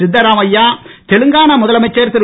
சித்தராமையா தெலுங்கானா முதலமைச்சர் திரு